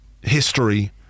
history